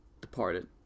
departed